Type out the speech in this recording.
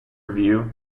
review